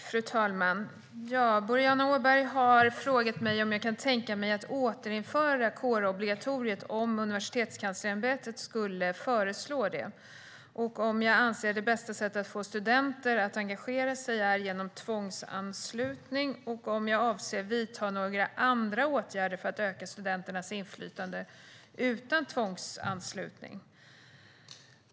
Fru talman! Boriana Åberg har frågat mig om jag kan tänka mig att återinföra kårobligatoriet om Universitetskanslersämbetet skulle föreslå det, om jag anser att det bästa sättet att få studenter att engagera sig är genom tvångsanslutning och om jag avser att vidta några andra åtgärder för att öka studenternas inflytande, utan tvångsanslutning.